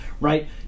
right